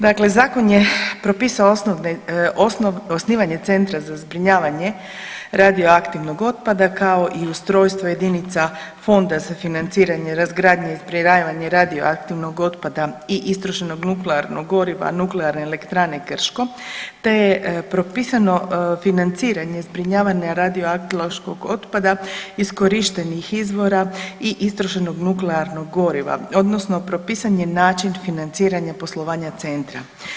Dakle, zakon je propisao osnovne, osnivanje centra za zbrinjavanje radioaktivnog otpada i kao i ustrojstvo jedinica fonda za financiranje, razgradnju i zbrinjavanje radioaktivnog otpada i istrošenog nuklearnog goriva Nuklearne elektrane Krško, te je propisano financiranje zbrinjavanje radioaktiloškog otpada iskorištenih izvora i istrošenog nuklearnog goriva odnosno propisan je način financiranja poslovanja centra.